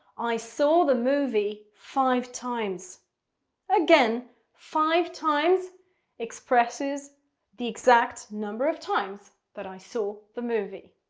i saw the movie five times again five times expresses the exact number of times that i saw the movie.